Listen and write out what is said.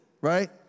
right